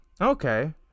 Okay